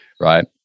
right